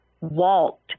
walked